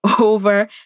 over